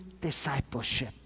discipleship